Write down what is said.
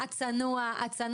אפשר אחרי זה גם לשאול את האוצר